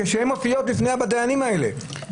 כשהן מופיעות בפני הדיינים האלה.